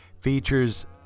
Features